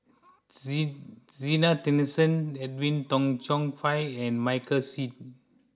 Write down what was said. Zena Tessensohn Edwin Tong Chun Fai and Michael Seet